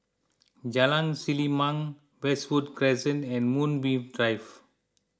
Jalan Selimang Westwood Crescent and Moonbeam Drive